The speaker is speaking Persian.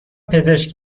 پزشک